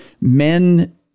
men